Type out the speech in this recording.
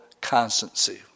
constancy